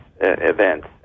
events